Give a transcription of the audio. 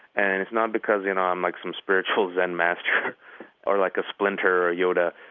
and and it's not because, you know, i'm like some spiritual zen master or like a splinter or a yoda.